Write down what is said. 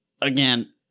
again